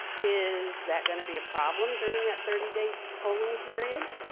is that going to be a problem during that thirty day tolling period?